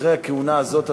אחרי הכהונה הזאת,